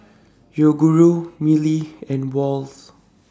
Yoguru Mili and Wall's